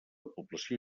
població